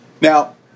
Now